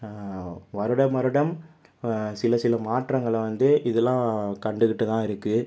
வருடம் வருடம் சில சில மாற்றங்களை வந்து இதெலாம் கண்டுகிட்டு தான் இருக்கு